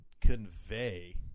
convey